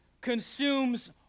consumes